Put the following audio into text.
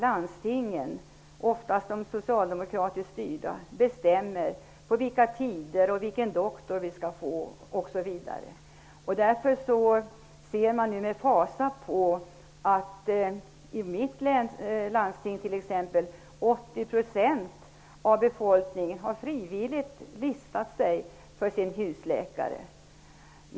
Landstingen, oftast de som är socialdemokratiskt styrda, har fått bestämma på vilka tider vi skall undersökas, vilken doktor vi skall få osv. Därför ser socialdemokraterna med fasa på att i t.ex. mitt landsting har 80 % av befolkningen frivilligt listat sig för en husläkare.